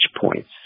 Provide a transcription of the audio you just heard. points